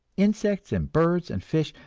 insects and birds and fish,